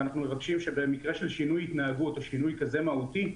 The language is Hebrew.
ואנחנו מבקשים שבמקרה של שינוי התנהגות או שינוי כזה מהותי,